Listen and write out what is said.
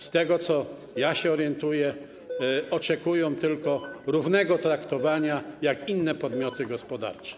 Z tego, co się orientuję, wynika, że oczekują tylko równego traktowania, jak inne podmioty gospodarcze.